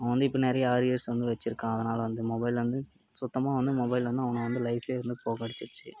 அவன் வந்து இப்போ நிறையா அரியர்ஸ் வந்து வெச்சுருக்கான் அதனால் வந்து மொபைல் வந்து சுத்தமாக வந்து மொபைல் வந்து அவன வந்து லைஃபே வந்து தோற்கடிச்சிட்ச்சி